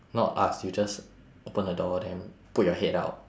not ask you just open the door then put your head out